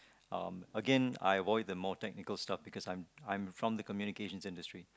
um Again I avoid the more technical stuff because I'm I'm from the communication industry